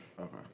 Okay